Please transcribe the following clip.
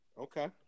Okay